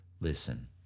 Listen